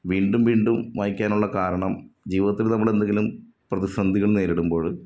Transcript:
വീണ്ടും വീണ്ടും വായിക്കാനുള്ള കാരണം ജീവിതത്തിൽ നമ്മൾ എന്തെങ്കിലും പ്രതിസന്ധികള് നേരിടുമ്പോൾ